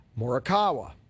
Morikawa